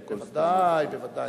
בוודאי, בוודאי.